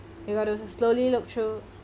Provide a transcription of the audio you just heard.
you got to slowly look through